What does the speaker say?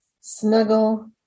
snuggle